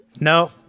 No